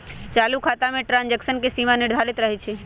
चालू खता में ट्रांजैक्शन के सीमा निर्धारित न रहै छइ